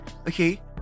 okay